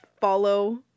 follow